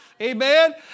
Amen